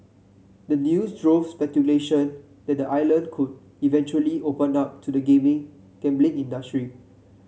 the news drove speculation that the island could eventually open up to the gambling gambling industry